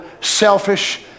selfish